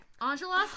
Angelos